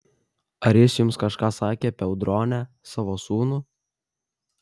ar jis jums kažką sakė apie audronę savo sūnų